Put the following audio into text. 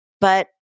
But-